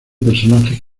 personajes